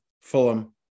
Fulham